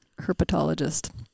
herpetologist